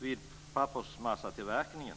vid pappersmassatillverkningen.